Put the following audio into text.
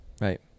right